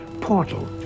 portal